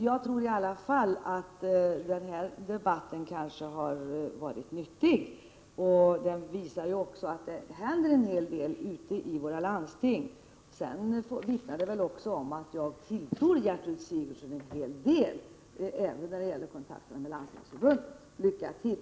Jag tror emellertid att den här debatten har varit nyttig. Den visar ju att det händer en hel del ute i våra landsting. Min uppmaning vittnar väl också om att jag tilltror Gertrud Sigurdsen en hel del även när det gäller kontakterna med Landstingsförbundet. Lycka till!